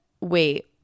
wait